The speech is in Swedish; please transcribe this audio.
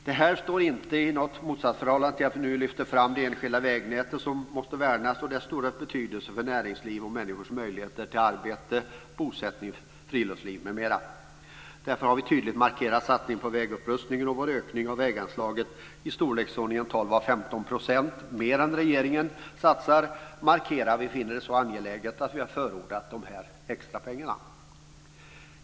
Det här står inte i något slags motsatsförhållande till att vi nu lyfter fram det enskilda vägnätet, som måste värnas, och dess stora betydelse för näringsliv och människors möjlighet till arbete, bosättning, friluftsliv, m.m. Därför har vi tydligt markerat satsningen på vägupprustning. Vår ökning av väganslaget med i storleksordningen 12-15 % mer än regeringen satsar markerar att vi finner detta så angeläget att vi har förordat de här extrapengarna.